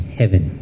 heaven